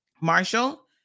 Marshall